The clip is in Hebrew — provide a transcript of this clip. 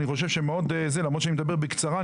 למרות שאני מדבר בקצרה,